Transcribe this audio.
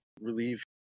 relieve